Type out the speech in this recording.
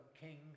King